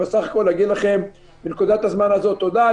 בסך הכול אומר לכם בנקודת הזמן הזאת תודה.